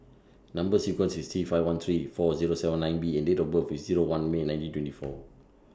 Number sequence IS T five one three four Zero seven nine B and Date of birth IS Zero one May nineteen twenty four